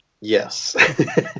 Yes